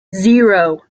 zero